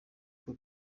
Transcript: aho